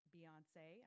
Beyonce